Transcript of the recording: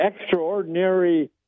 extraordinary